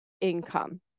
income